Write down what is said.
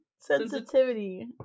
Sensitivity